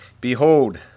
Behold